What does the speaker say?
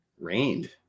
rained